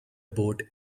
boat